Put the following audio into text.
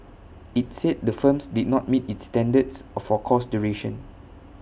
IT said the firms did not meet its standards or for course duration